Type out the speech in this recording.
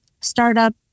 startup